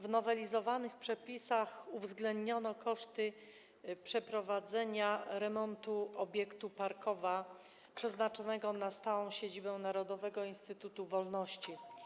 W nowelizowanych przepisach uwzględniono koszty przeprowadzenia remontu obiektu „Parkowa”, przeznaczonego na stałą siedzibę Narodowego Instytutu Wolności.